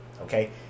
Okay